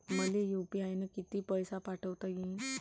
मले यू.पी.आय न किती पैसा पाठवता येईन?